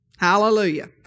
Hallelujah